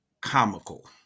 comical